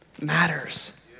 matters